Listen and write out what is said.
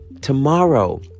tomorrow